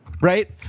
right